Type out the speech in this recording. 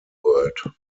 world